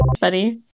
buddy